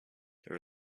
there